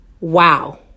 Wow